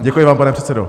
Děkuji vám, pane předsedo.